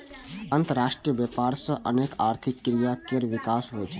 अंतरराष्ट्रीय व्यापार सं अनेक आर्थिक क्रिया केर विकास होइ छै